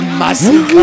massive